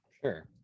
Sure